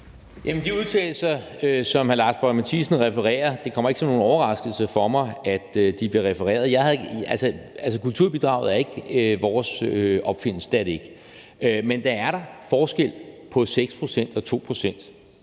de udtalelser, som hr. Lars Boje Mathiesen refererer, kommer det ikke som nogen overraskelse for mig, at de bliver refereret. Altså, kulturbidraget er ikke vores opfindelse; det er det ikke. Men der